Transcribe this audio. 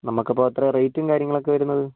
നമക്കിപ്പോൾ എത്രയാ റേറ്റും കാര്യങ്ങളൊക്കെ വരുന്നത്